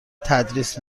تدریس